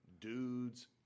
dudes